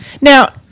Now